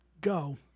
Go